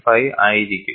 5 ആയിരിക്കും